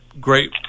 great